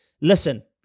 Listen